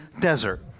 desert